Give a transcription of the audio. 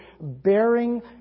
bearing